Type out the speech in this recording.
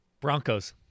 Broncos